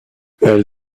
elle